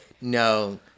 No